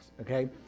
okay